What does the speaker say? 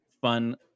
fun